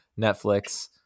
Netflix